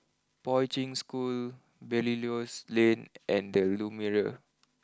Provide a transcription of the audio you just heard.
Poi Ching School Belilios Lane and Lumiere